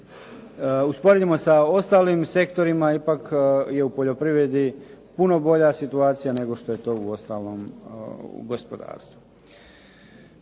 usporedimo sa ostalim sektorima ipak je u poljoprivredi puno bolja situacija nego što je to uostalom u gospodarstvu.